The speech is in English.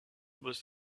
was